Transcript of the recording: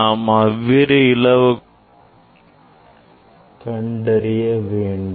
நாம் இவ்விரு அளவுகளையும் கண்டறிய வேண்டும்